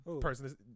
person